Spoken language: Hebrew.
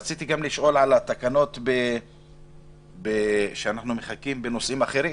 רציתי לשאול גם על התקנות שאנחנו מחכים להן בנושאים אחרים